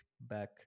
back